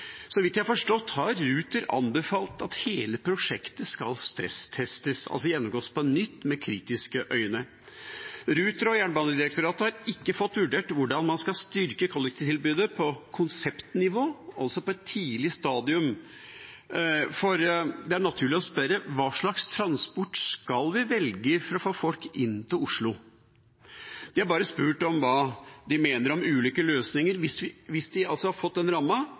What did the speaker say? Så vidt jeg har forstått, har Ruter anbefalt at hele prosjektet skal stresstestes, altså gjennomgås på nytt med kritiske øyne. Ruter og Jernbanedirektoratet har ikke fått vurdert hvordan man skal styrke kollektivtilbudet på konseptnivå, altså på et tidlig stadium, for det er naturlig å spørre: Hva slags transport skal vi velge for å få folk inn til Oslo? De har bare spurt om hva de mener om ulike løsninger, hvis de altså har fått